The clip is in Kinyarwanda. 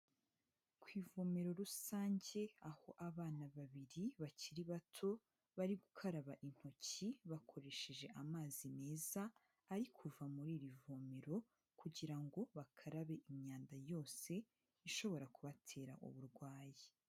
Ku ivomero rusange, aho abana babiri bakiri bato, bari gukaraba intoki bakoresheje amazi meza, ari kuva muri iri vomero kugira ngo bakarabe imyanda yose, ishobora kubatera uburwayi.